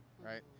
right